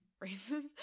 races